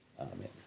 Amen